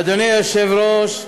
אדוני היושב-ראש,